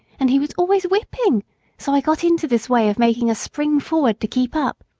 and he was always whipping so i got into this way of making a spring forward to keep up.